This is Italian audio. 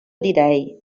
direi